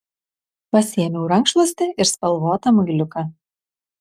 pasiėmiau rankšluostį ir spalvotą muiliuką